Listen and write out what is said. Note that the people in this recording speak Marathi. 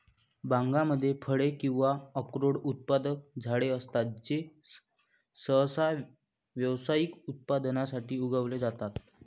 बागांमध्ये फळे किंवा अक्रोड उत्पादक झाडे असतात जे सहसा व्यावसायिक उत्पादनासाठी उगवले जातात